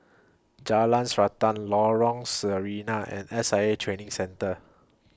Jalan Srantan Lorong Sarina and S I A Training Centre